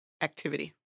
activity